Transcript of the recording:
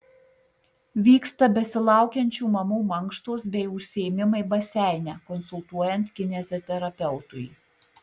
vyksta besilaukiančių mamų mankštos bei užsiėmimai baseine konsultuojant kineziterapeutui